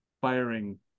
firing